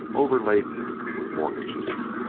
overladen with mortgages.